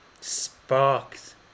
sparked